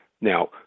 Now